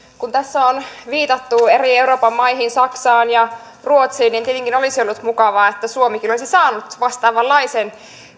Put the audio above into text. kun tässä on viitattu eri euroopan maihin saksaan ja ruotsiin niin tietenkin olisi ollut mukavaa että suomikin olisi saanut vastaavanlaisen